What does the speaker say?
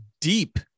deep